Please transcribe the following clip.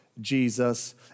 Jesus